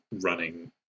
running